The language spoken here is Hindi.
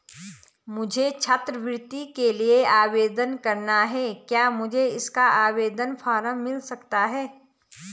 मुझे छात्रवृत्ति के लिए आवेदन करना है क्या मुझे इसका आवेदन फॉर्म मिल सकता है?